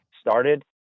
started